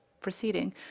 proceeding